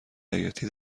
خیاطی